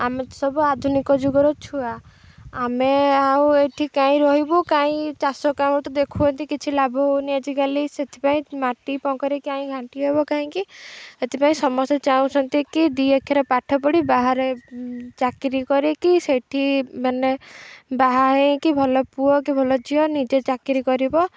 ଆମେ ତ ସବୁ ଆଧୁନିକ ଯୁଗର ଛୁଆ ଆମେ ଆଉ ଏଇଠି କାଇଁ ରହିବୁ କାଇଁ ଚାଷ କାମ ତ ଦେଖୁଛନ୍ତି କିଛି ଲାଭ ହଉନି ଆଜିକାଲି ସେଥିପାଇଁ ମାଟି ପଙ୍କରେ କାଇଁ ଘାଣ୍ଟି ହେବ କାହିଁକି ସେଥିପାଇଁ ସମସ୍ତେ ଚାହୁଁଛନ୍ତି କି ଦୁଇ ଅକ୍ଷର ପାଠ ପଢ଼ି ବାହାରେ ଚାକିରୀ କରିକି ସେଇଠି ମାନେ ବାହା ହେଇକି ଭଲ ପୁଅ କି ଭଲ ଝିଅ ନିଜେ ଚାକିରୀ କରିବ